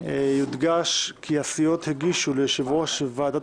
יודגש כי הסיעות הגישו ליושב-ראש ועדת